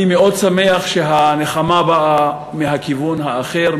אני מאוד שמח שהנחמה באה מהכיוון האחר,